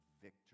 victory